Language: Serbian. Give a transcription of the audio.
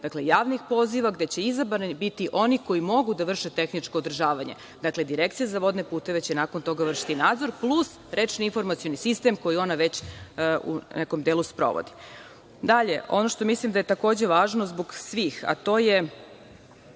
javnih poziva gde će biti izbrani oni koji mogu da vrše tehničko održavanje. Dakle, Direkcija za vodne puteve će nakon toga vršiti nadzor plus rečni informacioni sistem koji ona već u nekom delu sprovodi. Dalje, ono što mislim da je takođe važno zbog svih, a to je